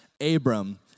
Abram